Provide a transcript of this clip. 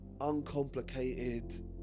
uncomplicated